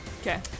okay